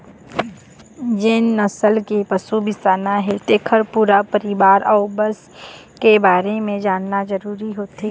जेन नसल के पशु बिसाना हे तेखर पूरा परिवार अउ बंस के बारे म जानना जरूरी होथे